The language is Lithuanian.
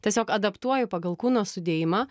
tiesiog adaptuoju pagal kūno sudėjimą